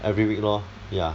every week lor ya